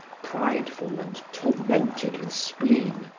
prideful and tormented with spleen,